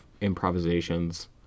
improvisations